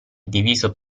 diviso